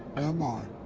am i?